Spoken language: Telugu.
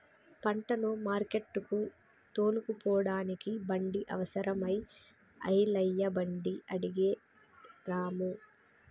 పంటను మార్కెట్టుకు తోలుకుపోడానికి బండి అవసరం అయి ఐలయ్య బండి అడిగే రాము